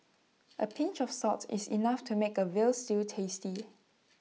A pinch of salt is enough to make A Veal Stew tasty